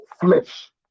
flesh